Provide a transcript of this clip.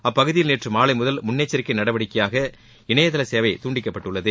அப்பகுதியில் நேற்று மாலை முதல் முன்னெச்சிக்கை நடவடிக்கையாக இணையதள சேவை துண்டிக்கப்பட்டுள்ளது